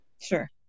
Sure